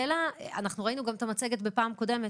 ראינו את המצגת גם בפעם הקודמת,